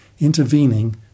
intervening